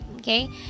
Okay